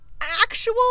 actual